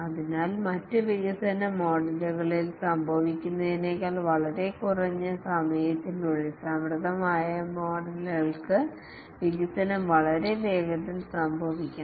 അതിനാൽ മറ്റ് വികസന മോഡൽകളിൽ സംഭവിക്കുന്നതിനേക്കാൾ വളരെ കുറഞ്ഞ സമയത്തിനുള്ളിൽ സമൃദ്ധമായ മോഡൽ ക്ക് വികസനം വളരെ വേഗത്തിൽ സംഭവിക്കണം